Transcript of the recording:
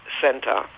Center